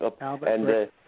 Albert